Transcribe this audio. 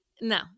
no